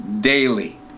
daily